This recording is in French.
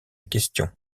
question